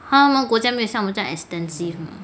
他们的国家都没有像我们 extensive